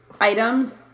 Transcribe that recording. items